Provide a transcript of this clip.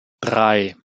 drei